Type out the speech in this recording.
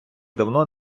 давно